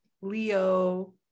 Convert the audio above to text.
Leo